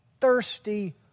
thirsty